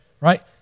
right